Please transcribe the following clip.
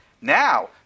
Now